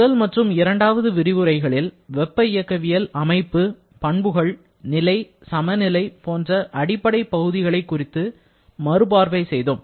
முதல் மற்றும் இரண்டாவது விரிவுரைகளில் வெப்ப இயக்கவியல் அமைப்பு பண்புகள் நிலை சமநிலை போன்ற அடிப்படை பகுதிகளை குறித்து மறுபார்வை செய்தோம்